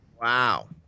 Wow